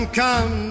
come